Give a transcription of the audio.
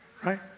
right